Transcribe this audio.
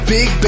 Big